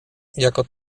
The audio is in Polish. jako